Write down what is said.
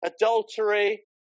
adultery